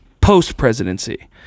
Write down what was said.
post-presidency